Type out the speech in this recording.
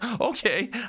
okay